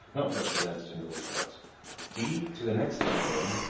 not represented in the woodcut d to the next lower one,